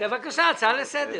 הצעה לסדר.